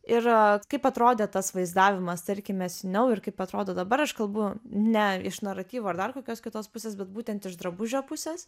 ir kaip atrodė tas vaizdavimas tarkime seniau ir kaip atrodo dabar aš kalbu ne iš naratyvo ar dar kokios kitos pusės bet būtent iš drabužio pusės